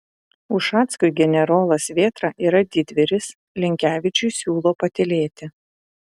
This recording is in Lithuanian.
ušackui generolas vėtra yra didvyris linkevičiui siūlo patylėti